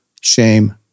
shame